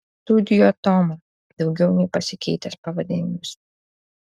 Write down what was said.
studio toma daugiau nei pasikeitęs pavadinimas